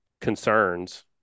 concerns